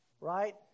right